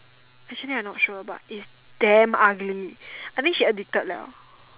actually I not sure but it's damn ugly I think she addicted liao